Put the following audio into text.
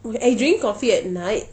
oh and drinking coffee at night